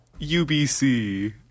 UBC